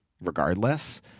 regardless